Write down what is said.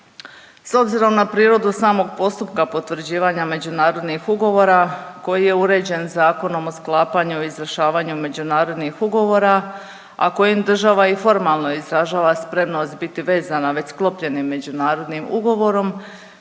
S obzirom na prirodu samog postupka potvrđivanja međunarodnih ugovora, koji je uređen Zakonom o sklapanju i izvršavanju međunarodnih ugovora, a kojim država i formalno izražava spremnost biti vezana već sklopljenim međunarodnim ugovorom,